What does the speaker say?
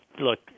look